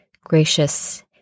gracious